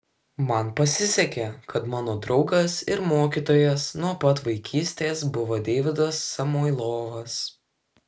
man pasisekė kad mano draugas ir mokytojas nuo pat vaikystės buvo deividas samoilovas